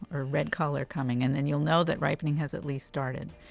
or red color, coming in, and you'll know that ripening has at least started.